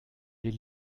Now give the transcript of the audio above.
les